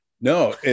No